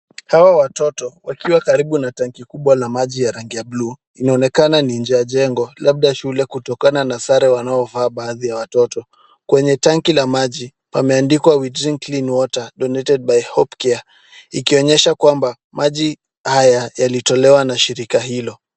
Hawa watoto wakiwa karibu na tanki kubwa la maji ya rangi ya buluu. Inaonekana ni nje ya jengo, labda shule kutokana na sare wanaovaa baadhi ya watoto. Kwenye tanki la maji pameandikwa we drink clean water, donated by Hope Care . Ikionyesha kwamba maji haya yalitolewa na shirika hilo.